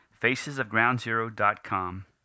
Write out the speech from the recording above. facesofgroundzero.com